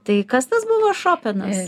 tai kas tas buvo šopenas